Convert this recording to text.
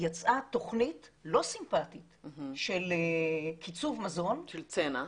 יצאה תוכנית לא סימפטית של קיצוב מזון של צנע.